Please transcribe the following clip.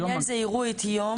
לעניין זה יראו את יום,